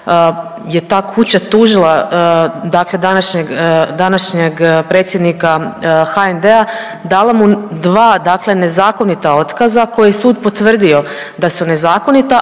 je ta kuća tužila dakle današnjeg predsjednika HND-a, dala mu 2 dakle nezakonita otkaza koje je sud potvrdio da su nezakonita,